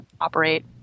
operate